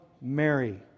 Mary